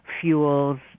fuels